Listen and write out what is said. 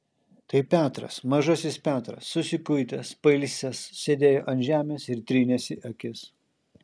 tai petras mažasis petras susikuitęs pailsęs sėdėjo ant žemės ir trynėsi akis